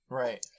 right